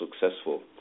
successful